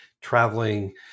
traveling